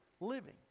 living